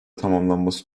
tamamlanması